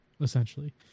essentially